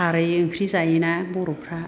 खारै ओंख्रि जायोना बर'फ्रा